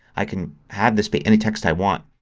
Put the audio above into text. i can have this be any text i want.